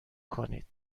کنید